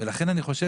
לכן,